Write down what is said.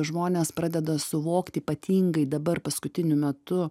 žmonės pradeda suvokt ypatingai dabar paskutiniu metu